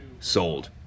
Sold